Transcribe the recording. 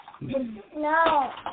No